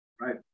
right